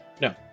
No